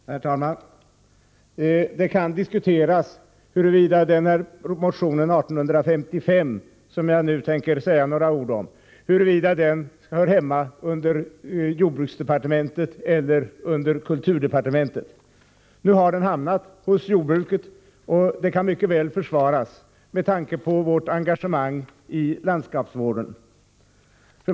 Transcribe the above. Herr talman! Det kan diskuteras huruvida motion 1855, som jag nu tänker säga några ord om, hör hemma under jordbruksutskottet eller under kulturutskottet. Nu har den hamnat hos jordbruksutskottet, och det kan mycket väl försvaras med tanke på vårt engagemang i landskapsvården.